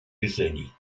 решений